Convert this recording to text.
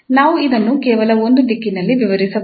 ನಾವು ಇದನ್ನು ಕೇವಲ ಒಂದು ದಿಕ್ಕಿನಲ್ಲಿ ವಿವರಿಸಬಹುದು